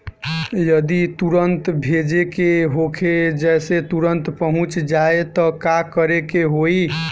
जदि तुरन्त भेजे के होखे जैसे तुरंत पहुँच जाए त का करे के होई?